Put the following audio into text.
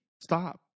Stop